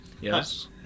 Yes